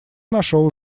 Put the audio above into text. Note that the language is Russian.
нашел